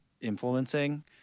influencing